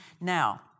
Now